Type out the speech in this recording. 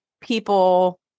people